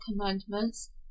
commandments